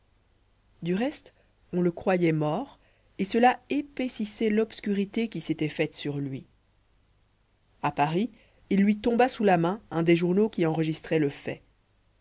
du reste on le croyait mort et cela épaississait l'obscurité qui s'était faite sur lui à paris il lui tomba sous la main un des journaux qui enregistraient le fait